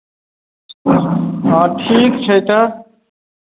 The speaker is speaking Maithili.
हँ ठीक छै तऽ